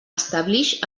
establix